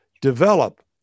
Develop